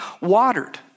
watered